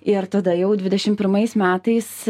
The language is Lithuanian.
ir tada jau dvidešim pirmais metais